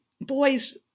boys